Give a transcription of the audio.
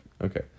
Okay